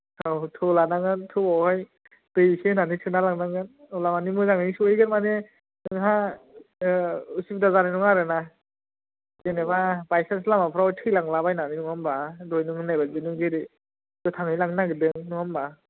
औ थौ लानांगोन थौ आव हाय दै ऐसे होनानै सोना लांनांगोन होनब्ला मानि मोजाङैनो सहैगोन मानि नोंहा उसुबिदा जानाय नङा आरोना जेन'बा बाय सानस लामाफोराव थैलांला बायनानै नङा होनबा दहाय नों होननाय बायदि लांनो नागिरदों